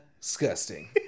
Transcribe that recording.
disgusting